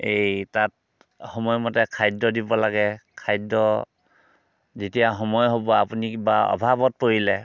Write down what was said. এই তাত সময় মতে খাদ্য দিব লাগে খাদ্য যেতিয়া সময় হ'ব আপুনি কিবা অভাৱত পৰিলে